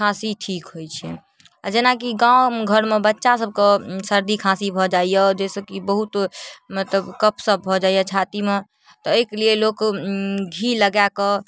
खाँसी ठीक होइ छै आओर जेनाकि गाँव घरमे बच्चा सबके सर्दी खाँसी भऽ जाइए जाहिसँ की बहुत मतलब कफ सब भऽ जाइए छातीमे तऽ अइके लेल लोक घी लगाकऽ